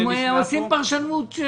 הם עושים פרשנות.